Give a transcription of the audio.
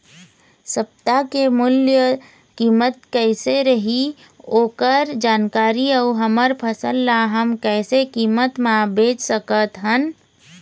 सप्ता के मूल्य कीमत कैसे रही ओकर जानकारी अऊ हमर फसल ला हम कैसे कीमत मा बेच सकत हन?